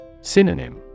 Synonym